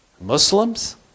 Muslims